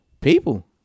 People